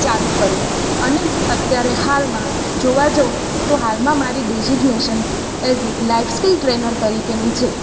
ચાલુ કર્યું અને અત્યારે હાલમાં જોવા જાઉં તો હાલમાં મારી designation as a life skill trainer તરીકેની છે